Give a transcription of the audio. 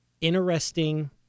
interesting